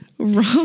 Wrong